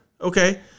Okay